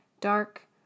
dark